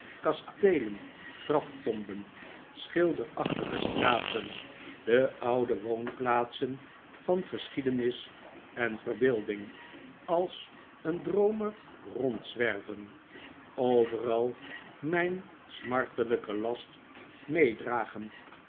kasteelen graftomben schilderachtige straten de oude woonplaatsen van geschiedenis en verbeelding als een droomer rondzwerven overal mijn smartelijken last meedragend